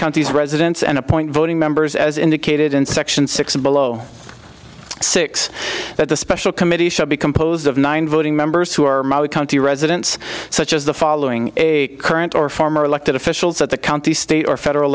country's residents and appoint voting members as indicated in section six below six that the special committee should be composed of nine voting members who are county residents such as the following a current or former elected officials at the county state or federal